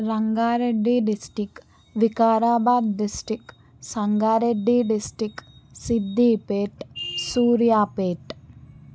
Rangareddy district Vikarabad district Sangareddy district Siddipet Suryapet